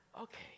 okay